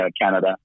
Canada